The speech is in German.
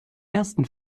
ersten